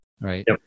right